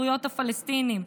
זכויות הפלסטינים,